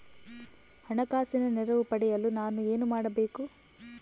ಹಣಕಾಸಿನ ನೆರವು ಪಡೆಯಲು ನಾನು ಏನು ಮಾಡಬೇಕು?